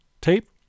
tape